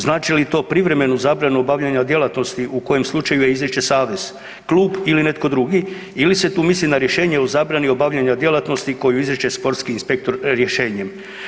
Znači li to privremenu zabranu obavljanja djelatnosti u kojem slučaju je izriče savez, klub ili netko drugi ili se tu misli na rješenje o zabrani obavljanja djelatnosti koju izriče sportski inspektor rješenjem?